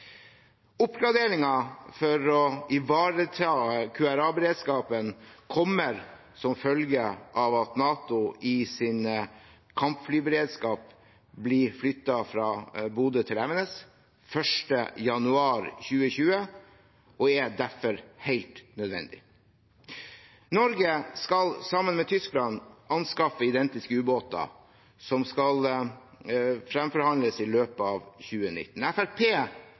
Oppgraderingen for å ivareta QRA-beredskapen kommer som følge av at NATO i sin kampflyberedskap blir flyttet fra Bodø til Evenes 1. januar 2020, og er derfor helt nødvendig. Norge skal sammen med Tyskland anskaffe identiske ubåter, noe som skal fremforhandles i løpet av 2019.